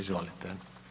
Izvolite.